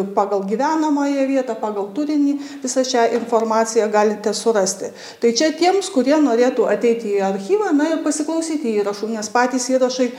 pagal gyvenamąją vietą pagal turinį visą šią informaciją galite surasti tai čia tiems kurie norėtų ateiti į archyvą na ir pasiklausyti įrašų nes patys įrašai